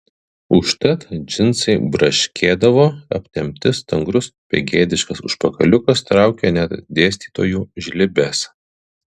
užtat džinsai braškėdavo aptempti stangrus begėdiškas užpakaliukas traukė net dėstytojų žlibes